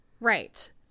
Right